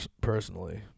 personally